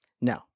no